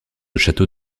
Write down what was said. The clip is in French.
château